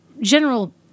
general